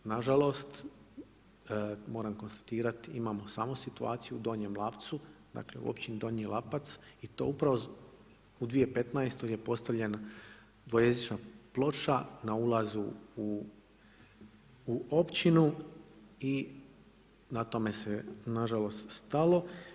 Nažalost, moram konstatirati imamo samo situaciju u Donjem Lapcu dakle u Općini Donji Lapac i to upravo u 2015. je postavljena dvojezična ploča na ulazu u općinu i na tome se nažalost stalo.